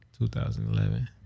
2011